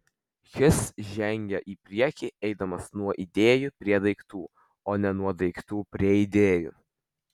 šis žengia į priekį eidamas nuo idėjų prie daiktų o ne nuo daiktų prie idėjų